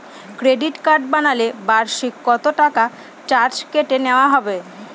Credit card বানালে বার্ষিক কত টাকা চার্জ কেটে নেওয়া হবে?